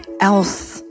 else